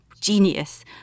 genius